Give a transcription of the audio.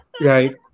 Right